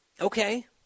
okay